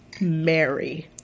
Mary